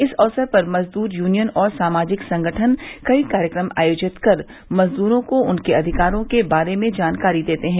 इस अवसर पर मजदूर यूनियन और सामाजिक संगठन कई कार्यक्रम आयोजित कर मजदूरों को उनके अधिकारों के बारे में जानकारी देते हैं